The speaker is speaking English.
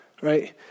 Right